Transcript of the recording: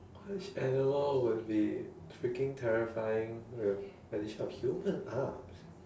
which animal would be freaking terrifying with addition of human arms